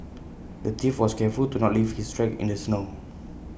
the thief was careful to not leave his tracks in the snow